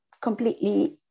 completely